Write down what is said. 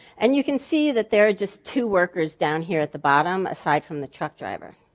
and you can see that there are just two workers down here at the bottom, aside from the truck driver.